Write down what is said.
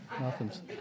Nothing's